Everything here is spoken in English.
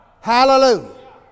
Hallelujah